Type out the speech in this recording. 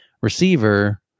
Receiver